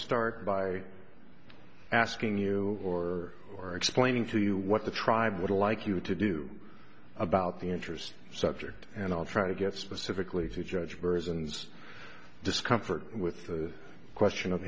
start by asking you or or explaining to you what the tribe would like you to do about the interest subject and i'll try to get specifically to judge burhans discomfort with the question of